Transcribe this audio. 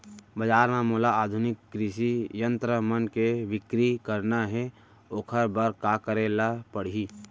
बजार म मोला आधुनिक कृषि यंत्र मन के बिक्री करना हे ओखर बर का करे ल पड़ही?